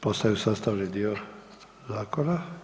Postaju sastavni dio zakona.